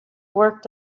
worked